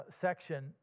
section